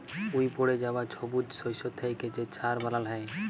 উইপড়ে যাউয়া ছবুজ শস্য থ্যাইকে যে ছার বালাল হ্যয়